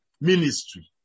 ministry